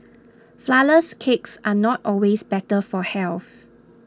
Flourless Cakes are not always better for health